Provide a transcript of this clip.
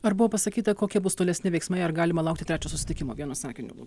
ar buvo pasakyta kokia bus tolesni veiksmai ar galima laukti trečio susitikimo vienu sakiniu